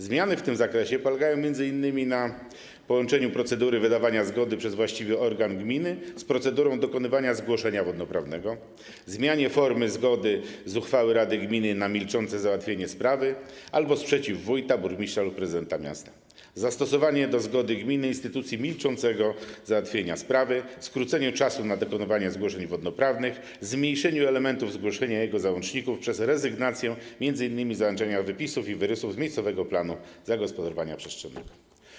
Zmiany w tym zakresie polegają m.in. na połączeniu procedury wydawania zgody przez właściwy organ gminy z procedurą dokonywania zgłoszenia wodnoprawnego, zmianie formy zgody z uchwały rady gminy na milczące załatwienie sprawy albo sprzeciw wójta, burmistrza lub prezydenta miasta, zastosowaniu do zgody gminy instytucji milczącego załatwienia sprawy, skróceniu czasu przewidzianego na dokonywanie zgłoszeń wodnoprawnych, ograniczeniu elementów zgłoszenia i jego załączników poprzez rezygnację m.in. z wymogu załączania wypisów i wyrysów z miejscowego planu zagospodarowania przestrzennego.